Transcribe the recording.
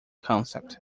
concept